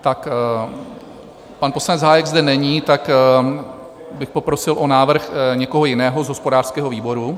Tak pan poslanec Hájek zde není, tak bych poprosil o návrh někoho jiného z hospodářského výboru.